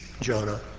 Jonah